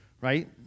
right